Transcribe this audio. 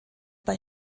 bei